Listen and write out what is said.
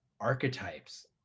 archetypes